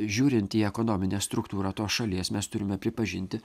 žiūrint į ekonominę struktūrą tos šalies mes turime pripažinti